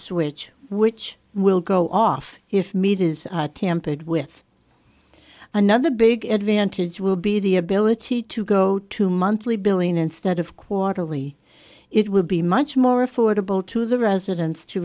switch which will go off if meat is tampered with another big advantage will be the ability to go to monthly billing instead of quarterly it will be much more affordable to the residents to